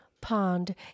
Pond